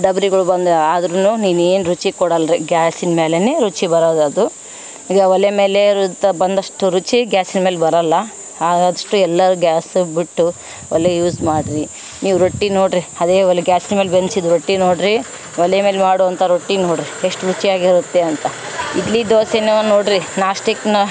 ಡಬ್ರಿಗಳು ಬಂದು ಆದ್ರು ನೀನು ಏನು ರುಚಿ ಕೊಡಲ್ರೀ ಗ್ಯಾಸಿನ ಮೇಲೇ ರುಚಿ ಬರೋದು ಅದು ಈಗ ಒಲೆ ಮೇಲೆ ರುಚಿ ಬಂದಷ್ಟು ರುಚಿ ಗ್ಯಾಸಿನ ಮೇಲೆ ಬರೋಲ್ಲ ಆದಷ್ಟು ಎಲ್ಲರು ಗ್ಯಾಸ ಬಿಟ್ಟು ಒಲೆ ಯೂಸ್ ಮಾಡ್ರಿ ನೀವು ರೊಟ್ಟಿ ನೋಡ್ರಿ ಅದೇ ಒಲೆ ಗ್ಯಾಸಿನ ಮೇಲೆ ಬೆಂಚಿದ ರೊಟ್ಟಿ ನೋಡ್ರಿ ಒಲೆ ಮೇಲೆ ಮಾಡೋ ಅಂಥ ರೊಟ್ಟಿ ನೋಡ್ರಿ ಎಷ್ಟು ರುಚಿಯಾಗಿರುತ್ತೆ ಅಂತ ಇಡ್ಲಿ ದೋಸೆ ನೋಡ್ರಿ ನಾಸ್ಟಿಕ್ನು